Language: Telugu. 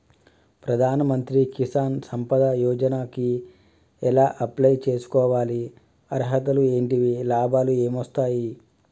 ప్రధాన మంత్రి కిసాన్ సంపద యోజన కి ఎలా అప్లయ్ చేసుకోవాలి? అర్హతలు ఏంటివి? లాభాలు ఏమొస్తాయి?